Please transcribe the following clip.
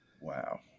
wow